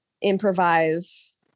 improvise